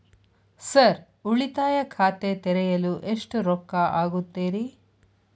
Sir ಉಳಿತಾಯ ಖಾತೆ ತೆರೆಯಲು ಎಷ್ಟು ರೊಕ್ಕಾ ಆಗುತ್ತೇರಿ?